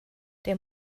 der